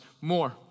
more